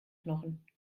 knochen